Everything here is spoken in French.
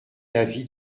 l’avis